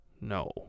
no